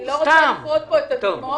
אני לא רוצה לפרוט פה את הדוגמאות.